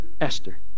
Esther